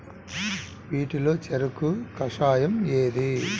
వీటిలో చెరకు కషాయం ఏది?